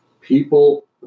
people